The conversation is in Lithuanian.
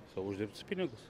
savo uždirbtus pinigus